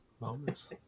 moments